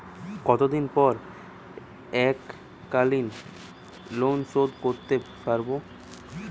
কতদিন পর এককালিন লোনশোধ করতে সারব?